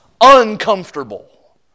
uncomfortable